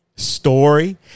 story